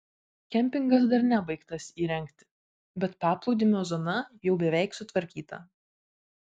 kempingas dar nebaigtas įrengti bet paplūdimio zona jau beveik sutvarkyta